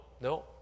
no